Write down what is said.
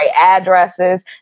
addresses